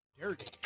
Dirty